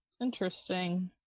Interesting